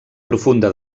profunda